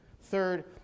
Third